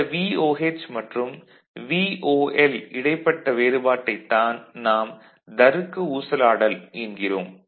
இந்த VOH மற்றும் VOL இடைப்பட்ட வேறுபாட்டைத் தான் நாம் தருக்க ஊசலாடல் என்கிறோம்